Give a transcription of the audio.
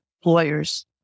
employers